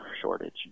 shortage